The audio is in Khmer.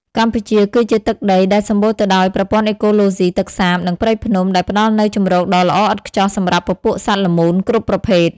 កម្ពុជាគឺជាទឹកដីដែលសម្បូរទៅដោយប្រព័ន្ធអេកូឡូស៊ីទឹកសាប និងព្រៃភ្នំ ដែលផ្ដល់នូវជម្រកដ៏ល្អឥតខ្ចោះសម្រាប់ពពួកសត្វល្មូនគ្រប់ប្រភេទ។